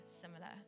similar